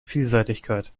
vielseitigkeit